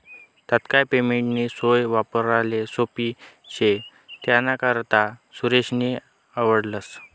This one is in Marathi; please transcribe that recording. तात्काय पेमेंटनी सोय वापराले सोप्पी शे त्यानाकरता सुरेशले आवडस